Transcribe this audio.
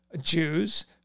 Jews